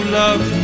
love